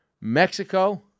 Mexico